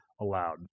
allowed